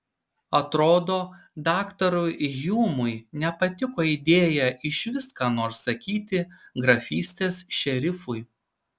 atrodo daktarui hjumui nepatiko idėja išvis ką nors sakyti grafystės šerifui